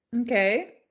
Okay